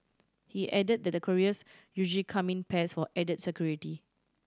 he added that the couriers usually come in pairs for added security